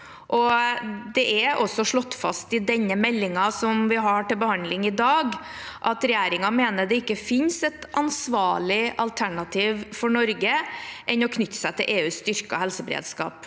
Det er også slått fast i den meldingen vi har til behandling i dag, at regjeringen mener det ikke finnes et annet ansvarlig alternativ for Norge enn å knytte seg til EUs styrkede helseberedskap.